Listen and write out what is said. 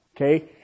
Okay